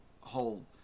whole